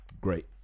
great